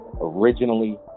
originally